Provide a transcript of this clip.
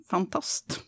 Fantast